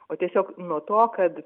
o tiesiog nuo to kad